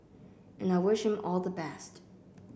and I wish him all the best